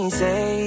say